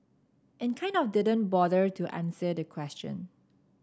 and kind of didn't bother to answer the question